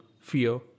fear